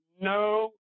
no